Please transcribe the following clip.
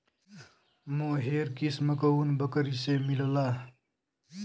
मोहेर किस्म क ऊन बकरी से मिलला